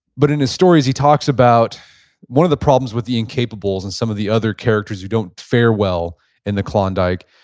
but in his stories, he talks about one of the problems with the incapables and some of the other characters who don't fare well in the klondike,